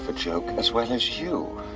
ah joke as well as you,